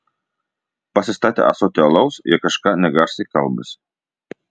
pasistatę ąsotį alaus jie kažką negarsiai kalbasi